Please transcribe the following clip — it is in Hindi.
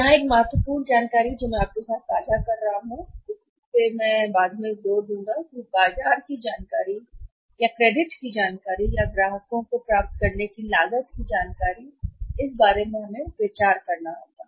यहां एक महत्वपूर्ण जानकारी जो मैं आपके साथ साझा नहीं कर रहा हूं मैं बाद में उस पर जोड़ दूंगा बाजार की जानकारी या क्रेडिट जानकारी या ग्राहकों को प्राप्त करने की लागत जानकारी है कि लागत हम पर बाद में विचार करना होगा